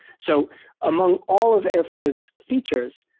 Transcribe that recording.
so among all of airflow's features,